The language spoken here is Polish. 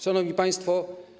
Szanowni Państwo!